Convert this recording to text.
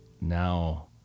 now